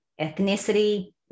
ethnicity